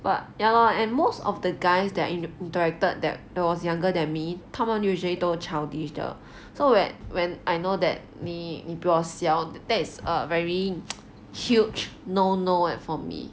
but ya lor and most of the guys that I interacted that that was younger than me 他们 usually 都 childish 的 so whe~ when when I know that 你你比我小 that is a very huge no no eh for me